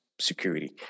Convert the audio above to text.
security